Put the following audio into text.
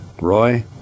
Roy